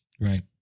Right